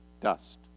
dust